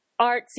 artsy